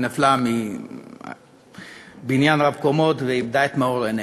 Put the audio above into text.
היא נפלה מבניין רב-קומות ואיבדה את מאור עיניה.